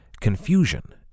confusion